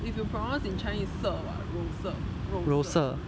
if you pronounce in chinese is 色 [what] rose 色